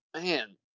man